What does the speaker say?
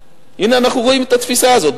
הנה, אנחנו רואים את התפיסה הזאת.